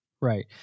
Right